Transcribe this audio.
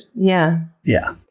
yeah. yeah,